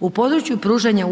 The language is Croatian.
U području pružanja